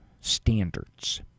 standards